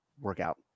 workout